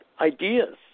ideas